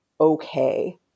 okay